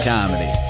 Comedy